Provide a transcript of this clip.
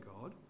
god